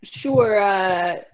Sure